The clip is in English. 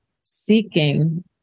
seeking